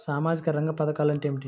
సామాజిక రంగ పధకాలు అంటే ఏమిటీ?